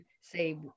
say